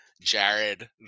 jared